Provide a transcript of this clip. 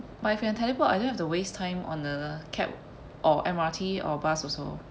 but if can teleport I don't have the waste time on the cab or M_R_T or bus also